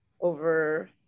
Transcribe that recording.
over